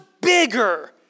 bigger